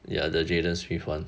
ya the jaden smith one